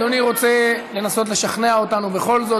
אדוני רוצה לנסות לשכנע אותנו בכל זאת,